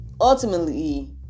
ultimately